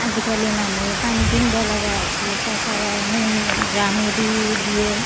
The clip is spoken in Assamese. আজিকালি মানহুই পানী কিনবা লগা হৈছে তাৰপৰাই সেই ড্ৰামেদি দিয়ে